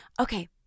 okay